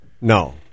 No